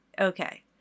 Okay